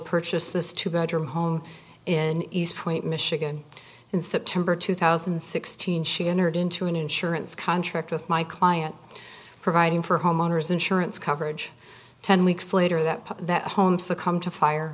purchased this two bedroom home in east point michigan in september two thousand and sixteen she entered into an insurance contract with my client providing for homeowners insurance coverage ten weeks later that that home succumb to